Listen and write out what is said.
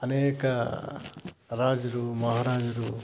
ಅನೇಕ ರಾಜರು ಮಹಾರಾಜರು